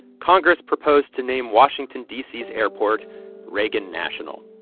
congress proposed to name washington, d c, airport reagan national.